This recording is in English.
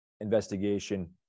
investigation